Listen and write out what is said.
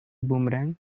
boomerang